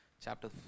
chapter